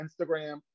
Instagram